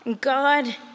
God